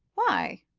why?